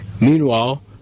Meanwhile